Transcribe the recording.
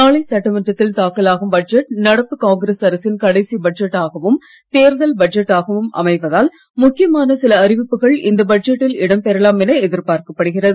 நாளை சட்டமன்றத்தில் தாக்கல் ஆகும் பட்ஜெட் நடப்பு காங்கிரஸ் அரசின் கடைசி பட்ஜெட்டாகவும் தேர்தல் பட்ஜெட்டாகவும் அமைவதால் முக்கியமான சில அறிவிப்புகள் இந்த பட்ஜெட்டில் இடம் பெறலாம் என எதிர்பார்க்கப் படுகிறது